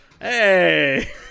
Hey